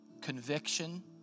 conviction